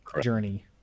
journey